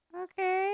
Okay